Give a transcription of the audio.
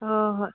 ꯍꯣꯏ ꯍꯣꯏ